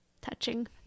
touching